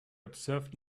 observed